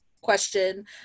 question